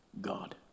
God